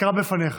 אקרא בפניך,